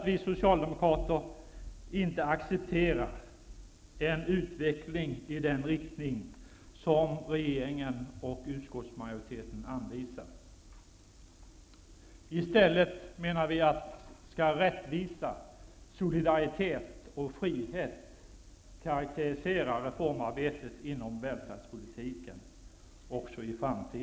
Vi socialdemokrater accepterar inte en utveckling i den riktning som regeringen och utskottsmajoriteten anvisar. Vi menar i stället att rättvisa, solidaritet och frihet också i framtiden skall karakterisera reformarbetet inom välfärdspolitiken.